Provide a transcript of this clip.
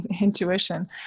intuition